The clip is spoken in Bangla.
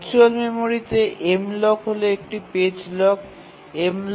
ভার্চুয়াল মেমোরিতে Mlock হল একটি লক পেজ